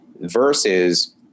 versus